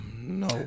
No